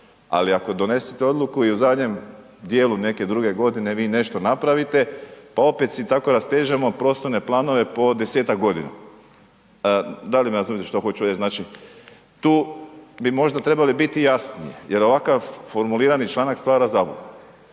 ali ako donesete odluku i u zadnjem dijelu neke druge godine vi nešto napravite, pa opet si tako rastežemo prostorne planove po 10-tak godina. Da li me razumite što hoću reć? Znači, tu bi možda trebali biti jasniji, jel ovakav formulirani članak stvara zabludu.